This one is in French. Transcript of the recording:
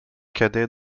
cadet